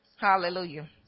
Hallelujah